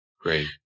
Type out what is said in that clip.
Great